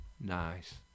nice